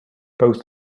both